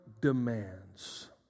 demands